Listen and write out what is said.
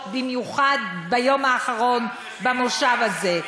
כי חשוב לנו להיות במיוחד ביום האחרון במושב הזה.